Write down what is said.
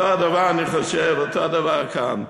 אותו הדבר, אני חושב, אותו הדבר כאן: